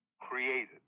created